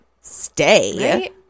stay